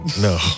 No